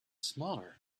smaller